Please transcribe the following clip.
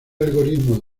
algoritmo